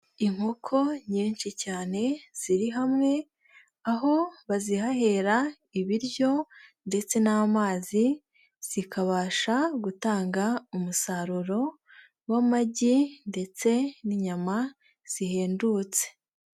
Inkoko nyinshi cyane ziri hamwe, aho bazihahera ibiryo ndetse n'amazi, zikabasha gutanga umusaruro w'amagi ndetse n'inyama zihendutse.